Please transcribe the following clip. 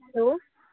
hello